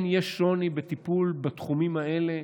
כן יש שוני בטיפול בתחומים האלה,